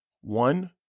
One